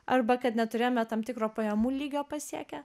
arba kad neturėjome tam tikro pajamų lygio pasiekę